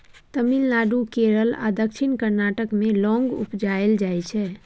तमिलनाडु, केरल आ दक्षिण कर्नाटक मे लौंग उपजाएल जाइ छै